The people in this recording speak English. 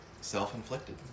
self-inflicted